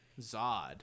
Zod